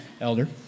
elder